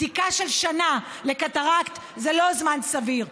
בדיקה של שנה לקטרקט זה לא זמן סביר,